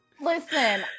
listen